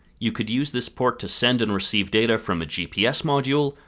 you could use this port to send and receive data from a gps module,